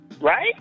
right